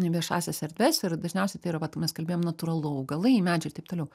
viešąsias erdves ir dažniausiai tai yra vat mes kalbėjom natūralu augalai medžiai ir taip toliau